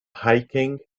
hiking